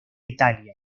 italia